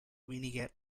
vinegar